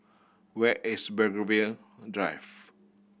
where is Belgravia Drive